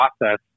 process